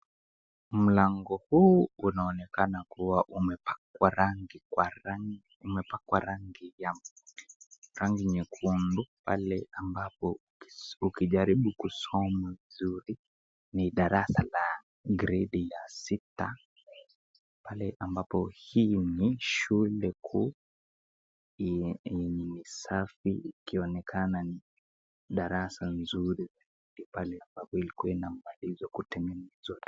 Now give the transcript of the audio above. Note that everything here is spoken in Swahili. Mlango huu unaonekana kuwa umepakwa rangi ya rangi nyekundu pale ambapo ukijaribu kusoma vizuri ni darasa la gredi ya sita. Pale ambapo hii ni shule kuu yenye ni safi ikionekana ni darasa nzuri pale ambapo ilikuwa inamalizwa kutengenezwa tu.